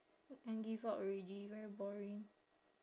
I give up already very boring